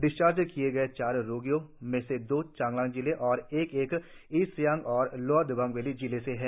discharge किए गए चार रोगियों में से दो चांगलांग जिले और एक एक ईस्ट सियांग और लोअर दिबांग वैली जिलों के है